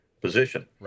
position